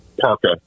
parka